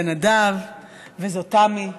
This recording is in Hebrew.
זה נדב וזו תמי,